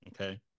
Okay